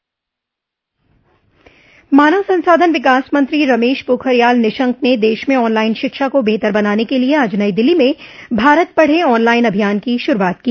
मानव संसाधन विकास मंत्री रमेश पोखरियाल निशंक ने देश में ऑनलाइन शिक्षा को बेहतर बनाने के लिए आज नई दिल्ली में भारत पढ़े ऑनलाइन अभियान की शुरूआत की